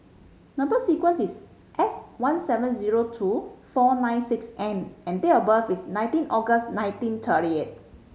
number sequence is S one seven zero two four nine six N and date of birth is nineteen August nineteen thirty eight